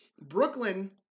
Brooklyn